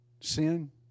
sin